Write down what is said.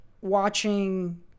watching